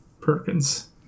Perkins